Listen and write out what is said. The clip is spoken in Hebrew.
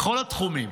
בכל התחומים: